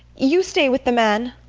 you stay with them, anne.